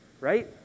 right